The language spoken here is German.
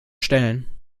stellen